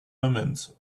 omens